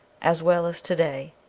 as well as to-day.